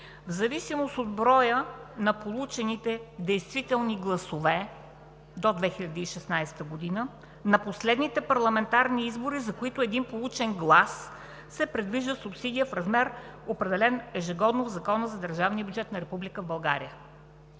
в зависимост от броя на получените действителни гласове до 2016 г. – на последните парламентарни избори, за които за един получен глас се предвижда субсидия в размер, определен ежегодно в Закона за държавния бюджет на Република България.“